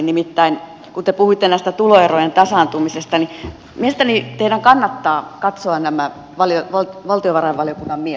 nimittäin kun te puhuitte näistä tuloerojen tasaantumisista niin mielestäni teidän kannattaa katsoa nämä valtiovarainvaliokunnat mietinnöt